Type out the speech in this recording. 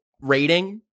rating